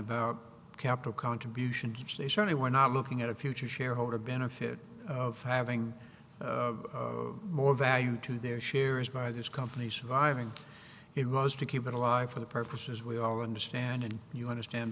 about capital contribution which they surely were not looking at a future shareholder benefit of having more value to their shares by this company surviving it was to keep it alive for the purposes we all understand and you understand